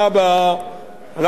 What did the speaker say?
אנחנו מקווים במֶרֶץ,